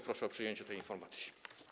Proszę o przyjęcie tej informacji.